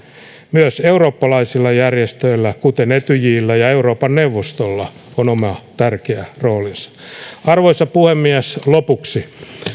myös eurooppalaisilla järjestöillä kuten etyjillä ja euroopan neuvostolla tärkeä roolinsa arvoisa puhemies lopuksi